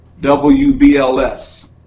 WBLS